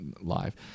live